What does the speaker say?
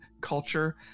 culture